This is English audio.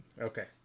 Okay